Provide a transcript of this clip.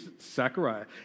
Zechariah